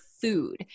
food